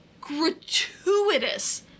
gratuitous